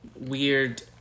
weird